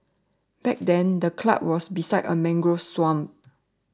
back then the club was beside a mangrove swamp